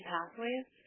Pathways